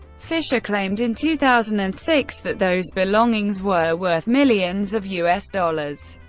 fischer claimed, in two thousand and six, that those belongings were worth millions of u s. dollars.